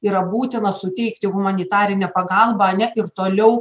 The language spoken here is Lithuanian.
yra būtina suteikti humanitarinę pagalbą ane ir toliau